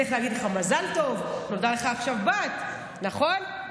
צריך להגיד לך מזל טוב, נולדה לך עכשיו בת, נכון?